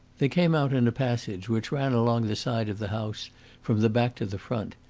they came out in a passage which ran along the side of the house from the back to the front.